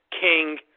King